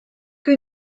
que